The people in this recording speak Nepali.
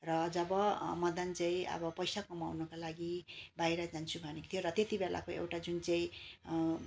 र जब मदन चाहिँ अब पैसा कमाउनको लागि बाहिर जान्छु भनेको थियो र त्यति बेलाको एउटा जुन चाहिँ